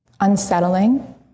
Unsettling